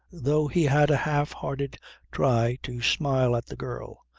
though he had a half hearted try to smile at the girl,